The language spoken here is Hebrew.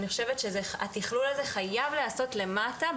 אני חושבת שהתכלול הזה חייב להיעשות למטה,